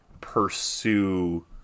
pursue